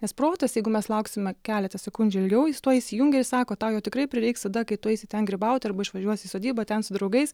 nes protas jeigu mes lauksime keletą sekundžių ilgiau jis tuoj įsijungia ir sako tau jo tikrai prireiks tada kai tu eisi ten grybauti arba išvažiuosi į sodybą ten su draugais